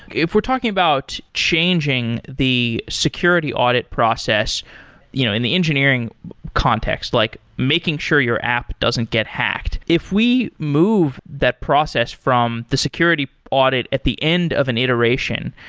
if we're talking about changing the security audit process you know in the engineering context, like making sure your app doesn't get hacked. if we move that process from the security audit at the end of an iteration,